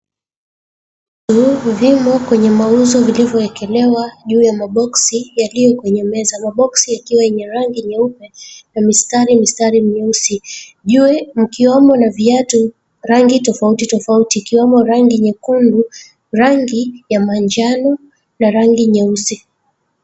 Vimo kwenye mauzo viliyoekelewa juu ya maboksi yaliyo kwenye meza. Maboksi yakiwa yenye rangi nyeupe na mistari mistari myeusi. Juu mkiomo na viatu rangi tofauti tofauti, ikiwemo rangi nyekundu, rangi ya mwanjano na rangi nyeusi.